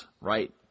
right